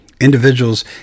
individuals